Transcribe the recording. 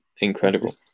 incredible